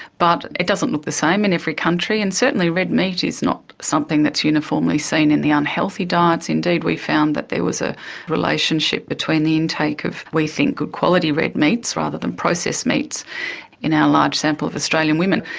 but it doesn't look the same in every country, and certainly red meat is not something that is uniformly seen in the unhealthy diets. indeed, we found that there was a relationship between the intake of we think good quality red meats rather than processed meats in our large sample of australian women.